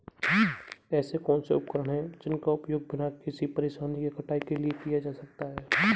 ऐसे कौनसे उपकरण हैं जिनका उपयोग बिना किसी परेशानी के कटाई के लिए किया जा सकता है?